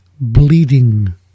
bleeding